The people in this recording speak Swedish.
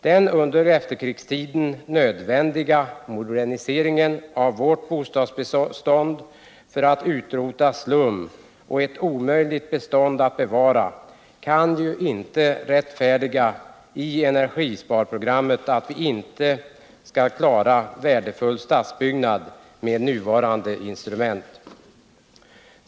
Den under efterkrigstiden nödvändiga moderniseringen av vårt bostadsbestånd i syfte att utrota slum och sådant bestånd som är omöjligt att bevara, kan ju inte i energisparprogrammet rättfärdiga påståendet att vi skall kunna bevara värdefull stadsbyggnad med nuvarande instrument.